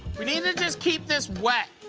we need to just keep this wet.